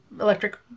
electric